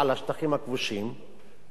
פונה לשופט בדימוס,